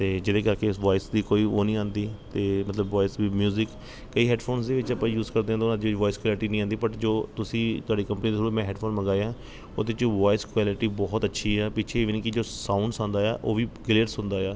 ਅਤੇ ਜਿਹੜੇ ਕਰਕੇ ਉਸ ਵੋਇਸ ਦੀ ਕੋਈ ਉਹ ਨਹੀਂ ਆਉਂਦੀ ਅਤੇ ਮਤਲਬ ਵੋਇਸ ਵੀ ਮਿਊਜ਼ਿਕ ਕਈ ਹੈੱਡਫੋਨਸ ਦੇ ਵਿੱਚ ਆਪਾਂ ਯੂਜ ਕਰਦੇ ਹਾਂ ਤਾਂ ਉਨ੍ਹਾਂ ਦੀ ਵੋਇਸ ਕੁਆਲਿਟੀ ਨਹੀਂ ਆਉਂਦੀ ਬੱਟ ਜੋ ਤੁਸੀਂ ਤੁਹਾਡੀ ਕੰਪਨੀ ਦੇ ਥਰੂ ਮੈਂ ਹੈਡਫੋਨ ਮੰਗਵਾਏ ਹੈ ਉਹਦੇ 'ਚ ਵੋਇਸ ਕੁਆਲਿਟੀ ਬਹੁਤ ਅੱਛੀ ਹੈ ਪਿੱਛੇ ਈਵਨ ਕਿ ਜੋ ਸਾਊਂਡਸ ਆਉਂਦਾ ਆ ਉਹ ਵੀ ਕਲੀਅਰ ਸੁਣਦਾ ਇਆ